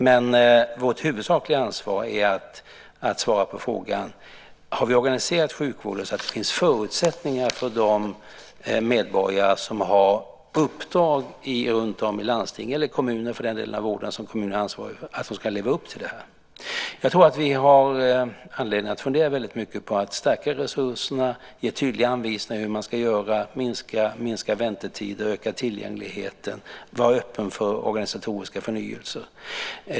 Men vårt huvudsakliga ansvar är att svara på frågan: Har vi organiserat sjukvården så att det finns förutsättningar för de medborgare som har uppdrag runtom i landsting - eller i kommuner för den delen av vården som kommunerna är ansvariga för - att leva upp till det? Jag tror att vi har anledning att fundera väldigt mycket på att stärka resurserna, ge tydliga anvisningar hur man ska göra, minska väntetider och öka tillgängligheten och vara öppen för organisatoriska förnyelser.